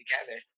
together